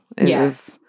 Yes